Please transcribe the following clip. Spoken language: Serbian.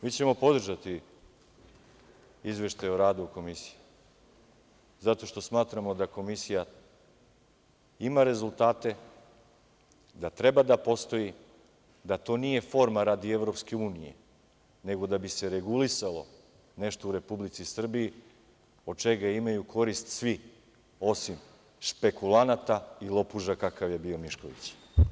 Mi ćemo podržati izveštaj o radu Komisije zato što smatramo da Komisija ima rezultate, da treba da postoji, da to nije forma radi EU, nego da bi se regulisalo nešto u Republici Srbiji od čega imaju korist svi osim špekulanata i lopuža kakav je bio Mišković.